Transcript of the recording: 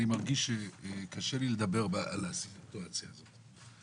אני מרגיש שקשה לי לדבר על הסיטואציה הזאת.